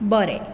बरें